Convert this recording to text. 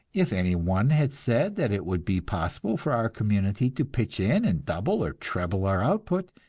if any one had said that it would be possible for our community to pitch in and double or treble our output,